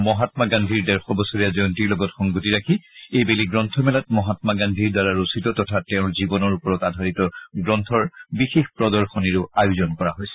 মহামা গান্ধীৰ ডেৰশ বছৰীয়া জয়ন্তীৰ লগত সংগতি ৰাখি এইবেলি গ্ৰন্থমেলাত মহাম্মা গান্ধীৰ দ্বাৰা ৰচিত তথা তেওঁৰ জীৱনৰ ওপৰত আধাৰিত গ্ৰন্থৰ বিশেষ প্ৰদশনিৰো আয়োজন কৰা হৈছে